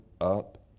up